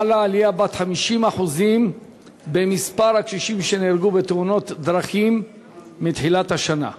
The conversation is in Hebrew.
חלה עלייה של 50% במספר הקשישים שנהרגו בתאונות דרכים מתחילת השנה,